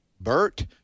bert